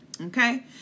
Okay